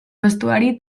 vestuari